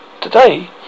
today